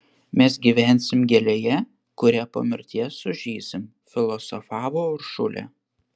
mes gyvensim gėlėje kuria po mirties sužysim filosofavo uršulė